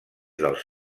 dels